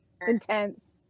intense